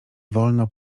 wolno